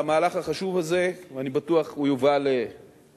על המהלך החשוב הזה, ואני בטוח, הוא יובא לקריאה.